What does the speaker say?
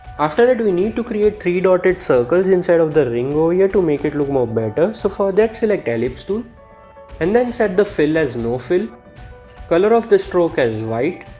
after that we need to create three dotted circles inside of the ring over here to make it look more better so for that select ellipse tool and then set the fill as no fill color of the stroke has white